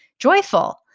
Joyful